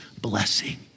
blessing